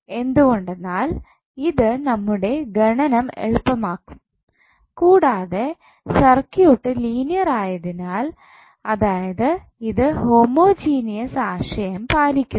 എന്തുകൊണ്ടെന്നാൽ ഇത് നമ്മുടെ ഗണനം എളുപ്പമാക്കും കൂടാതെ സർക്യൂട്ട് ലീനിയർ ആയതിനാൽ അതായത് ഇത് ഹോമോജീനിയസ് ആശയം പാലിക്കുന്നു